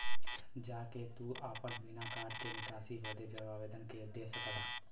जा के तू आपन बिना कार्ड के निकासी बदे आवेदन दे सकेला